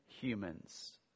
humans